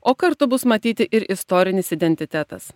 o kartu bus matyti ir istorinis identitetas